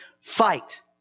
fight